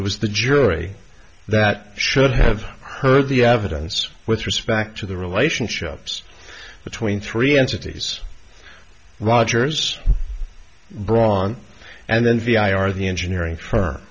it was the jury that should have heard the evidence with respect to the relationships between three and cities watchers braun and then vi are the engineering f